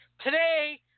Today